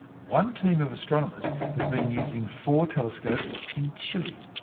one team of astronomers has been using four telescopes in chile.